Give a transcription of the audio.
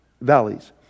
valleys